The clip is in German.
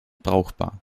brauchbar